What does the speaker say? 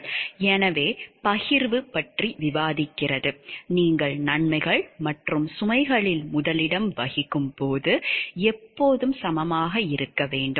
எனவே பகிர்வு பற்றி விவாதிக்கிறது நீங்கள் நன்மைகள் மற்றும் சுமைகளில் முதலிடம் வகிக்கும் போது எப்போதும் சமமாக இருக்க வேண்டும்